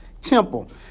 temple